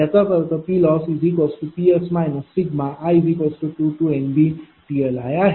याचाच अर्थ PlossPs i2NBPLi आहे